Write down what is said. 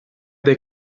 dei